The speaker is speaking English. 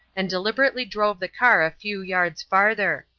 and deliberately drove the car a few yards farther.